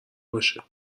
باشه